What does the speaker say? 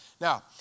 Now